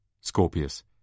Scorpius